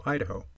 Idaho